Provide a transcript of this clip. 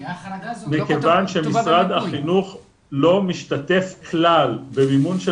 מכיוון שמשרד החינוך לא משתתף כלל במימון של